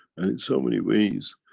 so many ways,